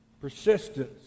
Persistence